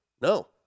No